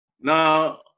now